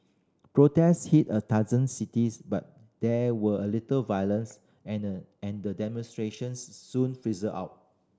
protests hit a dozen cities but there were a little violence and the and the demonstrations soon fizzled out